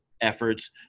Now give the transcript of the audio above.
efforts